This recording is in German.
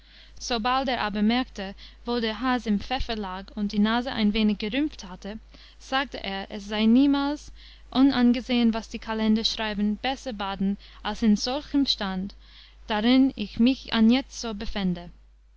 sobald er aber merkte wo der has im pfeffer lag und die nase ein wenig gerümpft hatte sagte er es sei niemals unangesehen was die kalender schreiben besser baden als in solchem stand darin ich mich anjetzo befände